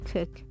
Cook